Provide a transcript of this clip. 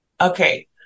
Okay